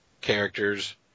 characters